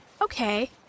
Okay